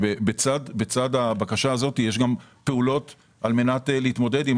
בצד הבקשה הזאת יש גם פעולות על מנת להתמודד עם